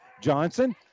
Johnson